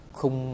không